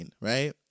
right